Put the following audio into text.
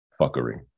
fuckery